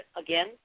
again